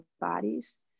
bodies